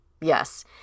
Yes